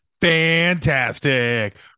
fantastic